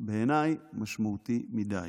בעיניי, משמעותי מדי.